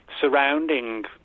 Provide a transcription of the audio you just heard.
surrounding